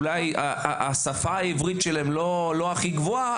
אולי העברית שלהם לא הכי גבוהה,